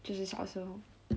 就是小时候